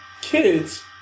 kids